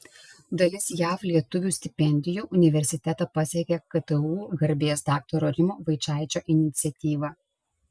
dalis jav lietuvių stipendijų universitetą pasiekia ktu garbės daktaro rimo vaičaičio iniciatyva